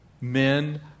Men